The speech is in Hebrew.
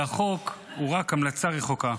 והחוק הוא רק המלצה רחוקה.